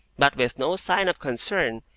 but with no sign of concern,